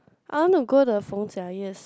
I want to go the Feng Jia 夜市